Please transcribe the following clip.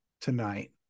tonight